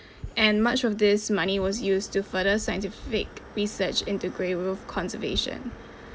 and much of this money was used to further scientific research into grey wolf conservation